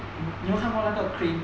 你有有看过那个 crane